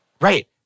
Right